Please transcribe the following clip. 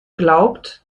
glaubt